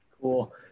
Cool